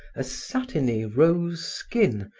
a satiny rose skin,